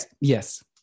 Yes